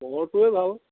ম'হৰটোৱে ভাল